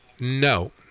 No